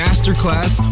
Masterclass